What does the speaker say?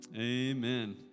amen